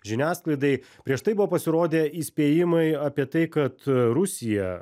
žiniasklaidai prieš tai buvo pasirodę įspėjimai apie tai kad rusija